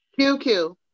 QQ